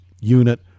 unit